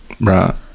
Right